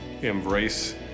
embrace